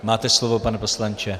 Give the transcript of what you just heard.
Máte slovo, pane poslanče.